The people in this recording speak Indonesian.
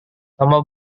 nama